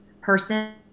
person